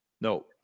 no